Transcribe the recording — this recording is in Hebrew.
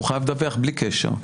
הוא חייב לדווח בלי קשר.